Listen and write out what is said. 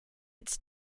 its